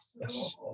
Yes